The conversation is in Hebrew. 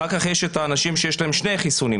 אחר כך יש את האנשים שיש להם שני חיסונים,